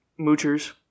moochers